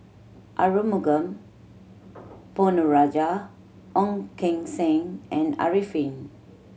Arumugam Ponnu Rajah Ong Keng Sen and Arifin